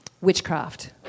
witchcraft